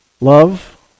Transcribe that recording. Love